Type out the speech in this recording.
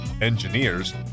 engineers